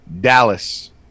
Dallas